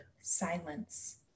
silence